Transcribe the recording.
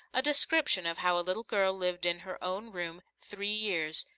a description of how a little girl lived in her own room three years,